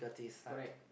correct